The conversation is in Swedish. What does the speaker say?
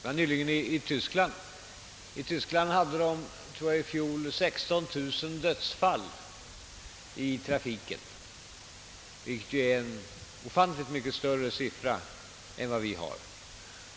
Om jag inte minns fel noterade man i Tyskland i fjol 16 000 dödsfall i trafiken, vilket är ofantligt mycket mer än i Sverige.